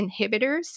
inhibitors